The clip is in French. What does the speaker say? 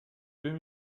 bœufs